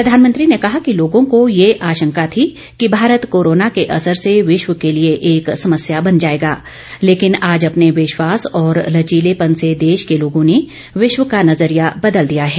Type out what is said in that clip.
प्रधानमंत्री ने कहा कि लोगों को यह आशंका थी कि भारत कोरोना के असर से विश्व के लिए एक समस्या बन जाएगा लेकिन आज अपने विश्वास और लचीलेपन से देश के लोगों ने विश्व का नजरिया बदल दिया है